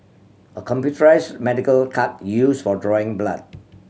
a computerised medical cart used for drawing blood